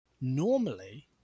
Normally